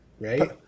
right